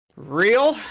Real